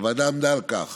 הוועדה עמדה על כך